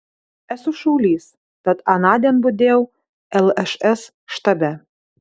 esu šaulys tad anądien budėjau lšs štabe